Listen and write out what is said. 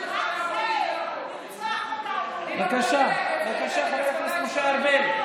לרצוח אותנו, בבקשה, בבקשה, משה ארבל.